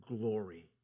glory